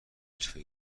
حرفه